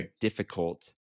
difficult